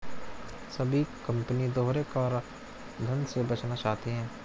सभी कंपनी दोहरे कराधान से बचना चाहती है